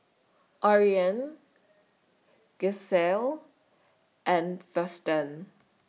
Ariane Gisselle and Thurston